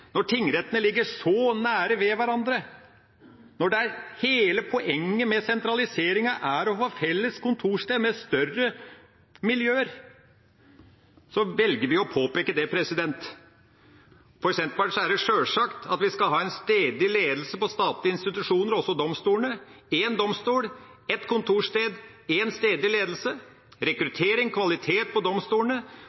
når tingrettene ligger så nære hverandre, når hele poenget med sentraliseringa er å få felles kontorsted med større miljøer, velger vi å påpeke det. For Senterpartiet er det sjølsagt at vi skal ha en stedlig ledelse på statlige institusjoner, også domstolene – én domstol, ett kontorsted, én stedlig ledelse. Problemer med rekruttering og kvalitet på